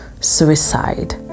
suicide